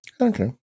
okay